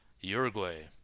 Uruguay